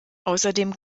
außerdem